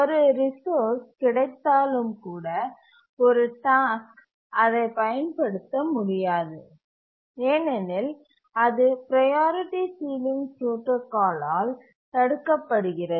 ஒரு ரிசோர்ஸ் கிடைத்தாலும் கூட ஒரு டாஸ்க் அதை பயன்படுத்த முடியாது ஏனெனில் அது ப்ரையாரிட்டி சீலிங் புரோடாகால் ஆல் தடுக்கப்படுகிறது